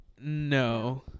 no